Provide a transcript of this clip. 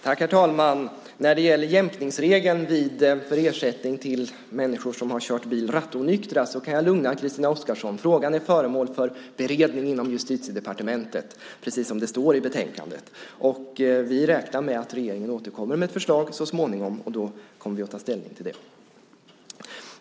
Herr talman! När det gäller jämkningsregeln för ersättning till människor som har kört bil rattonyktra kan jag lugna Christina Oskarsson. Frågan är föremål för beredning inom Justitiedepartementet, precis som det står i betänkandet. Vi räknar med att regeringen återkommer med ett förslag så småningom, och då kommer vi att ta ställning till det.